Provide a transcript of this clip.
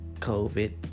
COVID